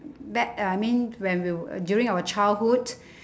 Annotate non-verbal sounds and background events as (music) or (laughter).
back uh I mean we were uh during our childhood (breath)